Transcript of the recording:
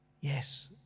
yes